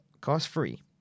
cost-free